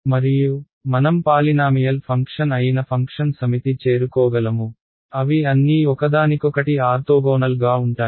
మరియు మనం polynomial function అయిన ఫంక్షన్ సమితి చేరుకోగలము అవి అన్నీ ఒకదానికొకటి ఆర్తోగోనల్గా ఉంటాయి